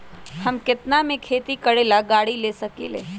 हम केतना में खेती करेला गाड़ी ले सकींले?